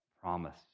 promise